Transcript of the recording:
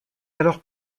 alors